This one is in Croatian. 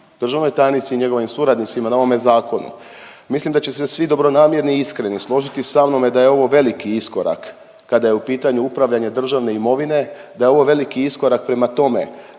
državnoj tajnici i njegovim suradnicima na ovome zakonu. Mislim da će se svi dobronamjerni i iskreni složiti sa mnom da je ovo veliki iskorak kada je u pitanju upravljanje državne imovine, da je ovo veliki iskorak prema tome